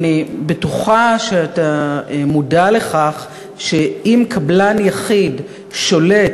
ואני בטוחה שאתה מודע לכך שאם קבלן יחיד שולט